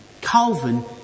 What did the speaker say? Calvin